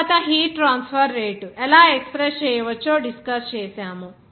తరువాత heat transfer rate ఎలా express చేయవచ్చో డిస్కస్ చేసాము